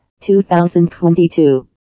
2022